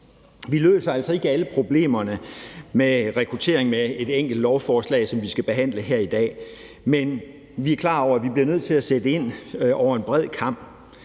Vi løser altså ikke alle problemerne med rekruttering med et enkelt lovforslag, som vi skal behandle her i dag, men vi er klar over, at vi bliver nødt til at sætte ind over en bred kam.